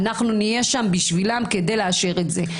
אנחנו נהיה שם בשבילם כדי לאשר את זה.